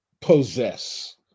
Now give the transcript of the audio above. possess